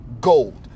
Gold